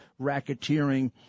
racketeering